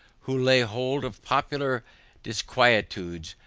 who laying hold of popular disquietudes,